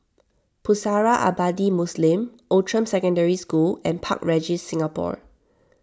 Pusara Abadi Muslim Outram Secondary School and Park Regis Singapore